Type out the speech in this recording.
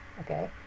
Okay